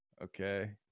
Okay